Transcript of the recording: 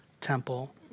temple